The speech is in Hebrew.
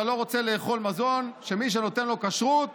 לא רוצה לאכול מזון שמי שנותן לו כשרות